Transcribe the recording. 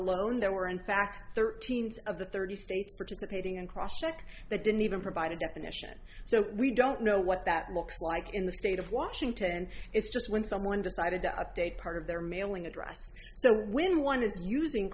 alone there were in fact thirteen's of the thirty states participating and cross check that didn't even provide a definition so we don't know what that looks like in the state of washington it's just when someone decided to update part of their mailing address so when one is using